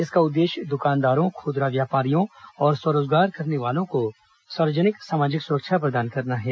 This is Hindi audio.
इसका उद्देश्य दुकानदारों खूदरा व्यापारियों और स्व रोजगार करने वालों को सार्वजनिक सामाजिक सुरक्षा प्रदान करना है